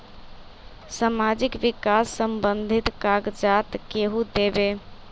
समाजीक विकास संबंधित कागज़ात केहु देबे?